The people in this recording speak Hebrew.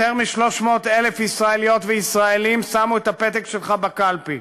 יותר מ-300,000 ישראליות וישראלים שמו את הפתק שלך בקלפי.